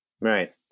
Right